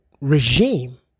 Regime